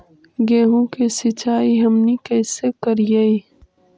गेहूं के सिंचाई हमनि कैसे कारियय?